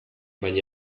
baina